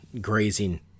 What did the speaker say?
grazing